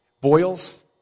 boils